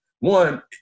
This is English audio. One